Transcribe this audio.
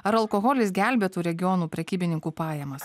ar alkoholis gelbėtų regionų prekybininkų pajamas